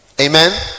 Amen